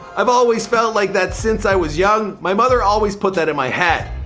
i've always felt like that since i was young my mother always put that in my head.